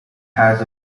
has